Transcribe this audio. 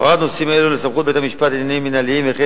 העברת נושאים אלה לסמכות בית-המשפט לעניינים מינהליים וכן